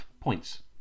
points